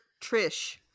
Trish